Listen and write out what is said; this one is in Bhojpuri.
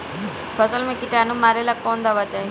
फसल में किटानु मारेला कौन दावा चाही?